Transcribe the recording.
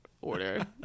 order